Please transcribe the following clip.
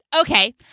okay